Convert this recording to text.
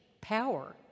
power